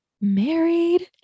married